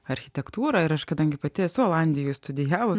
architektūrą ir aš kadangi pati esu olandijoj studijavus